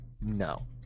no